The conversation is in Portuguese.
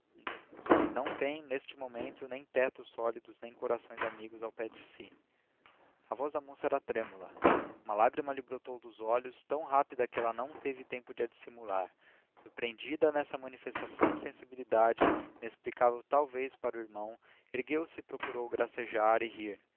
nos que não têm neste momento nem textos sólidos nem corações amigos ao pé de si a voz da moça era trêmula uma lágrima lhe brotou dos olhos tão rápida que ela não teve tempo de a dissimular surpreendida nessa manifestação de sensibilidade inexplicável talvez para o irmão ergueu-se e procurou gracejar e rir